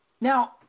Now